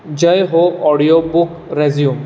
जय हो audio book resume